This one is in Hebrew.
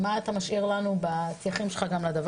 מה אתה משאיר לנו בנושא הזה.